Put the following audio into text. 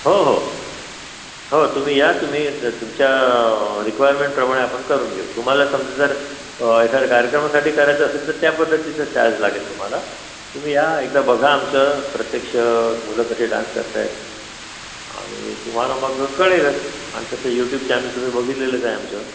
हो हो हो तुम्ही या तुम्ही द तुमच्या रिक्वायरमेंटप्रमाणे आपण करून घेऊ तुम्हाला समजा जर एखाद्या कार्यक्रमासाठी करायचं असेल तर त्या पद्धतीचा चार्ज लागेल तुम्हाला तुम्ही या एकदा बघा आमचं प्रत्यक्ष मुलं कशी डान्स करत आहेत आणि तुम्हाला मग कळलेच आणि तसं युट्युब चॅनल तुम्ही बघितलेलंच आहे आमचं